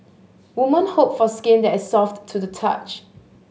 women hope for skin that soft to the touch